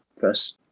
first